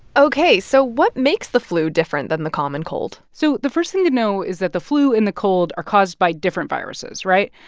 ok, so what makes the flu different than the common cold? so the first thing to know is that the flu and the cold are caused by different viruses, right?